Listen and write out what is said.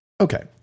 okay